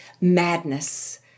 madness